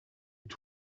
took